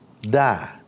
Die